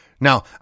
Now